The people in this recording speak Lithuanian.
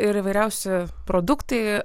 ir įvairiausi produktai